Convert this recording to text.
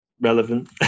relevant